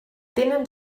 tenen